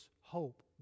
hope